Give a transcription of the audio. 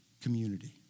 community